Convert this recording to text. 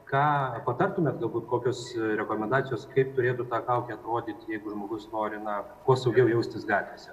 ką patartumėt galbūt kokios rekomendacijos kaip turėtų ta kaukė atrodyti jeigu žmogus nori na kuo saugiau jaustis gatvėse